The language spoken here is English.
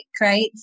right